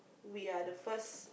we are the first